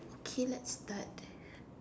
okay let's start